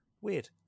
Weird